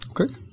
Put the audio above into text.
Okay